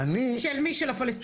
של מי, של הפלסטינים?